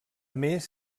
més